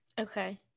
Okay